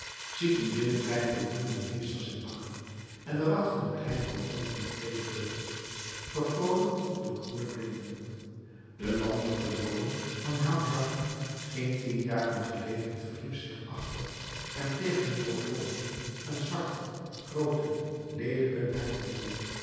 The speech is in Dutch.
ziet een binnenplein vol bloemen en heesters in bakken en daarachter een kleine rotonde met twee vleugels vervroolijkt door groene blinden de landelijke droom van jean jacques geen tien jaren geleden verhief zich achter en tegen die rotonde een zwarte groote leelijke naakte muur